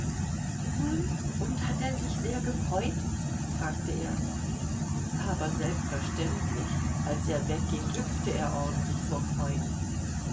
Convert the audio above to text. nun und hat er sich sehr gefreut fragte er aber selbstverständlich als er wegging hüpfte er ordentlich vor freuden